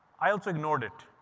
i also ignored it.